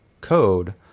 code